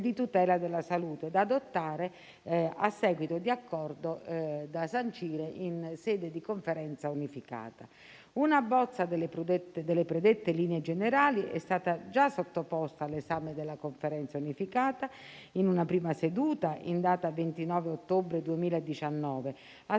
di tutela della salute, da adottare a seguito di accordo da sancire in sede di Conferenza unificata. Una bozza delle predette linee generali è stata già sottoposta all'esame della Conferenza unificata in una prima seduta in data 29 ottobre 2019, a